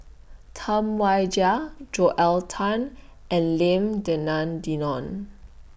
Tam Wai Jia Joel Tan and Lim Denan Denon